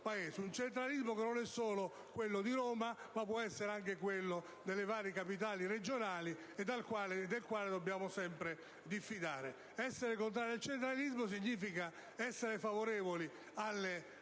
Il centralismo non è solo quello di Roma, ma può essere anche quello delle varie capitali regionali, e di esso dobbiamo sempre diffidare. Essere contrari al centralismo significa essere favorevoli alla